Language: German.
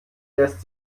lässt